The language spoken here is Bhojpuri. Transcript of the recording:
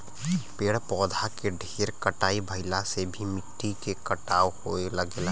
पेड़ पौधा के ढेर कटाई भइला से भी मिट्टी के कटाव होये लगेला